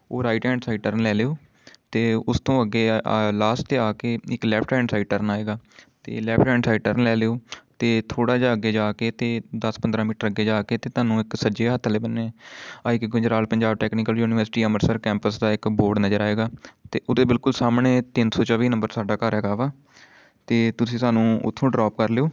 ਉਹ right hand side turn ਲੈ ਲਿਓ ਅਤੇ ਉਸ ਤੋਂ ਅੱਗੇ ਲਾਸਟ 'ਤੇ ਆ ਕੇ ਇੱਕ ਲੈਫਟ ਹੈਂਡ ਸਾਈਡ ਟਰਨ ਆਏਗਾ ਅਤੇ ਲੈਫਟ ਹੈਂਡ ਸਾਈਡ ਟਰਨ ਲੈ ਲਿਓ ਅਤੇ ਥੋੜ੍ਹਾ ਜਿਹਾ ਅੱਗੇ ਜਾ ਕੇ ਅਤੇ ਦਸ ਪੰਦਰਾਂ ਮੀਟਰ ਅੱਗੇ ਜਾ ਕੇ ਅਤੇ ਤੁਹਾਨੂੰ ਇੱਕ ਸੱਜੇ ਹੱਥ ਵਾਲੇ ਬੰਨੇ I K Gujral Punjab technical university Amritsar campus ਦਾ ਇੱਕ ਬੋਰਡ ਨਜ਼ਰ ਆਏਗਾ ਅਤੇ ਉਹਦੇ ਬਿਲਕੁਲ ਸਾਹਮਣੇ ਤਿੰਨ ਸੌ ਚੌਬੀ ਨੰਬਰ ਸਾਡਾ ਘਰ ਹੈਗਾ ਵਾ ਅਤੇ ਤੁਸੀਂ ਸਾਨੂੰ ਉੱਥੋਂ ਡਰੋਪ ਕਰ ਲਿਓ